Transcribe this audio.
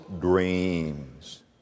dreams